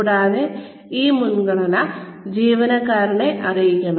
കൂടാതെ ഈ മുൻഗണന ജീവനക്കാരനെ അറിയിക്കണം